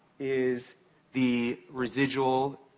is the residual,